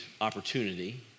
opportunity